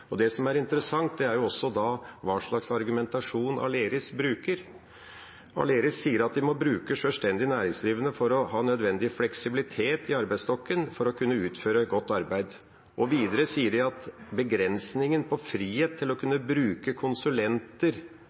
Det som er interessant, er hva slags argumentasjon Aleris bruker. Aleris sier at de må bruke sjølstendig næringsdrivende for å ha nødvendig fleksibilitet i arbeidsstokken for å kunne utføre godt arbeid. Videre sier de at begrensningen av frihet til å bruke konsulenter